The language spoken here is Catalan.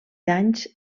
danys